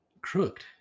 Crooked